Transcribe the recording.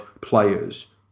players